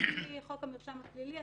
לפי חוק המרשם הפלילי,